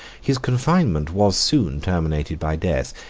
his confinement was soon terminated by death,